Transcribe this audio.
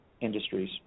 industries